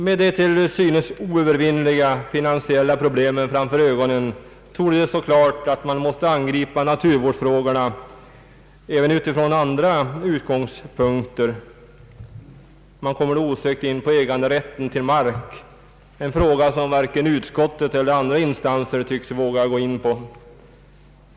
Med de till synes oövervinneliga finansiella problemen framför ögonen torde det stå klart att man måste angripa naturvårdsfrågorna även utifrån andra utgångspunkter. Man kommer då osökt in på äganderätten till mark, en fråga som varken utskottet eller andra instanser tycks våga gå in på.